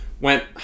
went